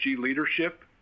leadership